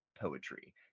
poetry